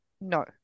no